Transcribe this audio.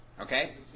okay